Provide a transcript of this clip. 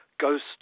ghost